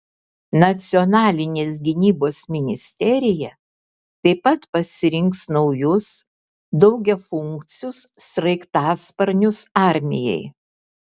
nacionalinės gynybos ministerija taip pat pasirinks naujus daugiafunkcius sraigtasparnius armijai